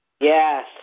Yes